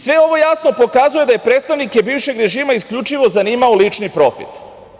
Sve ovo jasno pokazuje da je predstavnike bivšeg režima isključivo zanimao lični profit.